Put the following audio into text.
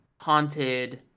haunted